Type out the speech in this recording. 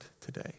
today